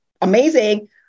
amazing